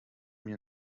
mnie